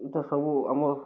ଇ'ଟା ସବୁ ଆମର୍